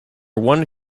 one